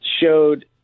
showed